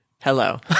hello